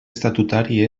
estatutari